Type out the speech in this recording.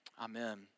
amen